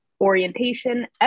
orientation